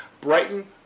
Brighton